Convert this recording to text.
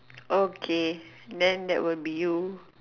okay then that will be you